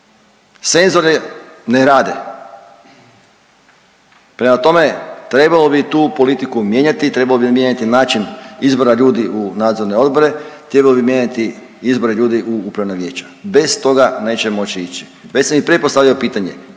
Senzori ne rade. Prema tome, trebalo bi tu politiku mijenjati, trebalo bi mijenjati način izbora ljudi u nadzorne odbore, trebalo bi mijenjati izbore ljudi u upravna vijeća. Bez toga neće moći ići. Već sam i prije postavljao pitanje.